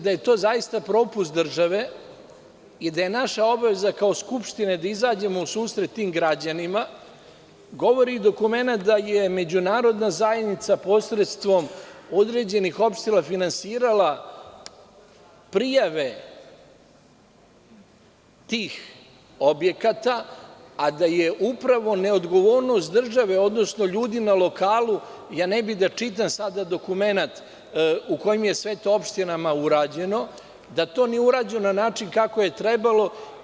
Da je to zaista propust države i da je naša obaveza kao Skupštine da izađemo u susret tim građanima, govori i dokumenat da je međunarodna zajednica posredstvom određenih opština finansirala prijave tih objekata, a da je upravo neodgovornost države, odnosno ljudi na lokalu, ne bih da čitam sada dokument u kojim je sve to opštinama urađeno, da to nije urađeno na način kako je trebalo.